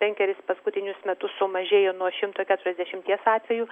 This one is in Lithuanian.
penkeris paskutinius metus sumažėjo nuo šimto keturiasdešimties atvejų